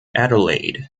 adelaide